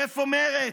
איפה מרצ?